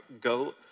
go